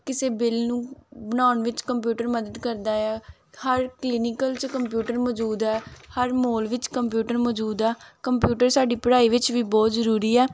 ਕਿਸੇ ਬਿਲ ਨੂੰ ਬਣਾਉਣ ਵਿੱਚ ਕੰਪਿਊਟਰ ਮਦਦ ਕਰਦਾ ਆ ਹਰ ਕਲੀਨੀਕਲ 'ਚ ਕੰਪਿਊਟਰ ਮੌਜੂਦ ਹੈ ਹਰ ਮੋਲ ਵਿੱਚ ਕੰਪਿਊਟਰ ਮੌਜੂਦ ਆ ਕੰਪਿਊਟਰ ਸਾਡੀ ਪੜ੍ਹਾਈ ਵਿੱਚ ਵੀ ਬਹੁਤ ਜ਼ਰੂਰੀ ਆ